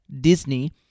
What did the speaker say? Disney